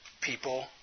people